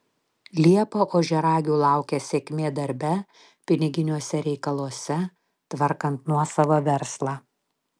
liepą ožiaragių laukia sėkmė darbe piniginiuose reikaluose tvarkant nuosavą verslą